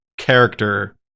character